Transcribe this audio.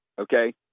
okay